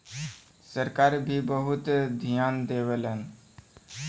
सरकार भी बहुत धियान देवलन